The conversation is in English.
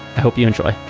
hope you enjoy